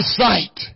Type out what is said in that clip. sight